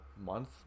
month